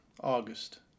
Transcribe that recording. August